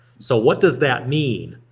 so what does that mean?